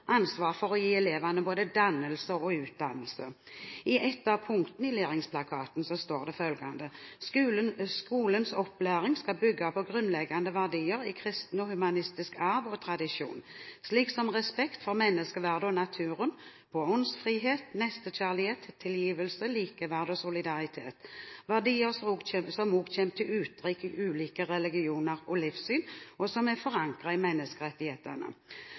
ansvar for å gi elevene både dannelse og utdannelse. I ett av punktene i Læringsplakaten står det følgende: «Opplæringen i skolen skal bygge på grunnleggende verdier i kristen og humanistisk arv og tradisjon, slik som respekt for menneskeverdet og naturen, på åndsfrihet, nestekjærlighet, tilgivelse, likeverd og solidaritet, verdier som også kommer til uttrykk i ulike religioner og livssyn, og som er forankret i menneskerettighetene.»